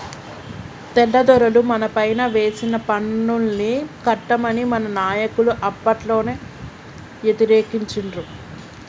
తెల్లదొరలు మనపైన వేసిన పన్నుల్ని కట్టమని మన నాయకులు అప్పట్లోనే యతిరేకించిండ్రు